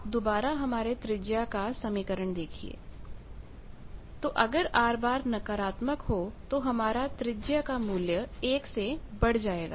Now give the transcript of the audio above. आप दोबारा हमारे त्रिज्या का समीकरण देखिए तो अगर R नकारात्मक हो तो हमारा त्रिज्या का मूल्य 1 से बढ़ जाएगा